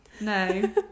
No